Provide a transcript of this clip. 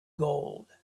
gold